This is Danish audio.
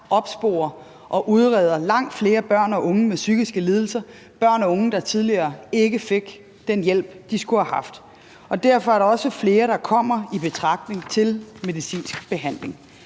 opsporer og udreder langt flere børn og unge med psykiske lidelser, børn og unge, der tidligere ikke fik den hjælp, de skulle have haft. Derfor er der også flere, der kommer i betragtning til medicinsk behandling.